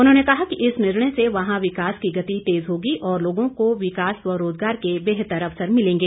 उन्होंने कहा कि इस निर्णय से वहां विकास की गति तेज़ होगी और लोगों को विकास व रोज़गार के बेहतर अवसर मिलेंगे